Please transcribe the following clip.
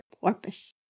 porpoise